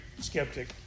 skeptic